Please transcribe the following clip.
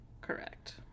Correct